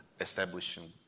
establishing